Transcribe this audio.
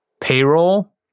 payroll